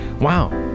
Wow